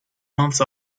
months